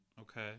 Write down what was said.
Okay